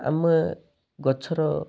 ଆମେ ଗଛର